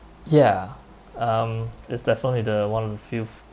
ya um it's definitely the one of the few